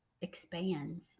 expands